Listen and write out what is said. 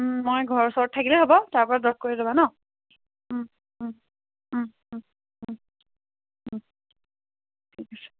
মই ঘৰ ওচৰত থাকিলে হ'ব তাৰপৰা ড্ৰপ কৰি ল'বা ন